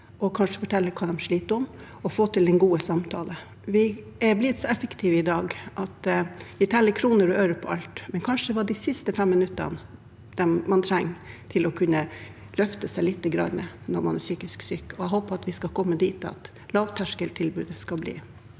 kanskje fortelle hva de sliter med, og få til den gode samtalen. Vi er blitt så effektive i dag at vi teller kroner og øre på alt, men kanskje var det de siste fem minuttene man trengte for å kunne løfte seg lite grann når man er psykisk syk. Jeg håper vi skal komme dit at lavterskeltilbudet skal bli